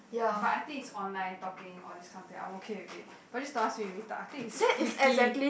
but I think is online talking all these kind of thing I'm okay with it but just don't ask me to meet up I think is freaky